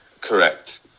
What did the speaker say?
Correct